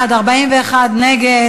בעד, 23, נגד